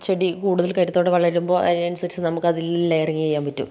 ചെടി കൂടുതൽ കരുത്തോടെ വളരുമ്പോൾ അതിനനുസരിച്ച് നമുക്ക് അതിൽ ലെയറിങ്ങ് ചെയ്യാൻ പറ്റും